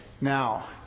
Now